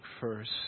first